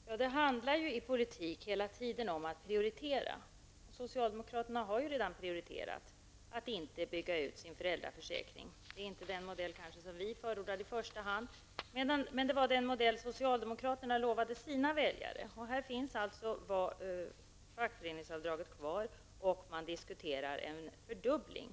Fru talman! Det handlar ju i politik hela tiden om att prioritera. Socialdemokraterna har redan prioriterat att inte bygga ut föräldraförsäkringen. Det är kanske inte den modell som vi moderater förordar i första hand, men det var den modell som socialdemokraterna lovade sina väljare. Avdragsrätten för fackföreningsavgifter finns alltså kvar, och socialdemokraterna diskuterar en fördubbling.